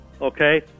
okay